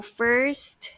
first